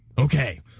Okay